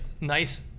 nice